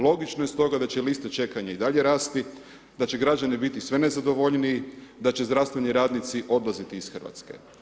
Logično je stoga da će liste čekanja i dalje rasti, da će građani biti sve nezadovoljniji, da će zdravstveni radnici odlaziti iz RH.